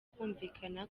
kumvikana